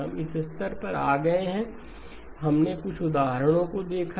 हम इस स्तर पर आ गए हैं हमने कुछ उदाहरणों को देखा